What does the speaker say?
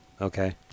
Okay